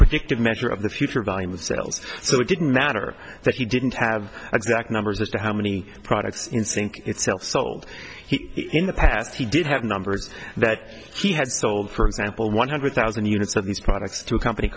predictive measure of the future volume of sales so it didn't matter that he didn't have exact numbers as to how many products in sync itself sold he in the past he did have numbers that he had sold for example one hundred thousand units of these products to a company